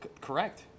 Correct